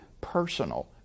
personal